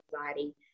anxiety